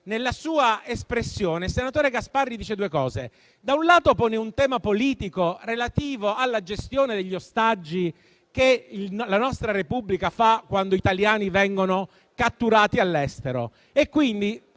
Nella sua espressione il senatore Gasparri dice due cose: da un lato, pone un tema politico relativo alla gestione degli ostaggi che la nostra Repubblica fa quando degli italiani vengono catturati all'estero e, quindi,